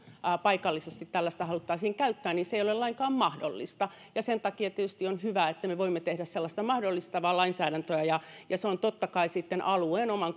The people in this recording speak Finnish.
paikallisesti tällaista haluttaisiin käyttää niin se ei ole lainkaan mahdollista sen takia tietysti on hyvä että me voimme tehdä sellaista mahdollistavaa lainsäädäntöä ja ja se on totta kai sitten alueen omien